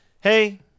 Hey